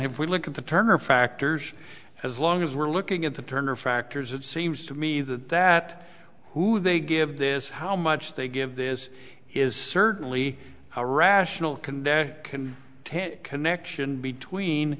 if we look at the turner factors as long as we're looking at the turner factors it seems to me that that who they give this how much they give this is certainly a rational can can take connection between